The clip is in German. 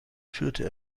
führte